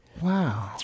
Wow